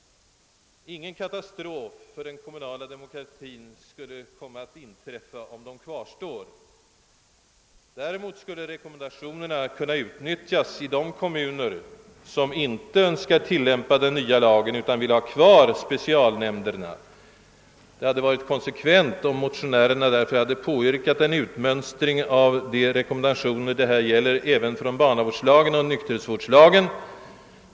Ingen katastrof för den kommunala demokratin skulle komma att inträffa, om de tills vidare kvarstår. Däremot skulle rekommendationerna i de båda förut nämnda vårdlagarna kunna utnyttjas i de kommuner, som inte önskar tillämpa den nya lagen utan vill ha kvar de tre specialnämnderna. Det hade varit konsekvent, om motionärerna därför hade påyrkat en utmönstring av de rekommendationer det här gäller även från barnavårdslagen och nykterhetsvårdslagen.